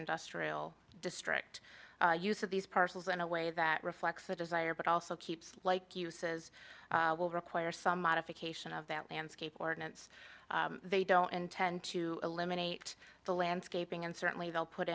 industrial district use of these parcels in a way that reflects a desire but also keeps like you says will require some modification of that landscape ordinance they don't intend to eliminate the landscaping and certainly they'll put